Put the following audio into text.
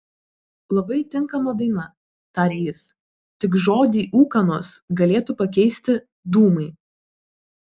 labai tinkama daina tarė jis tik žodį ūkanos galėtų pakeisti dūmai